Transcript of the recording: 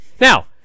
Now